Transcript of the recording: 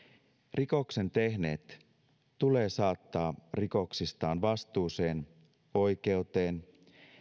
rikoksen tehneet tulee saattaa rikoksistaan vastuuseen oikeuteen